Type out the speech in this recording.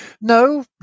No